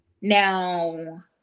Now